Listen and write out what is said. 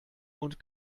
und